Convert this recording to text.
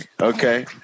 Okay